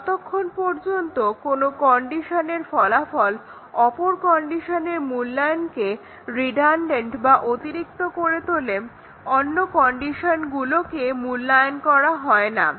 যতক্ষণ পর্যন্ত কোনো কন্ডিশনের ফলাফল অপর কন্ডিশনের মূল্যায়নকে রিডানডেন্ট বা অতিরিক্ত করে তোলে অন্য কন্ডিশনগুলোকে মূল্যায়ন করা হয় না